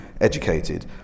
educated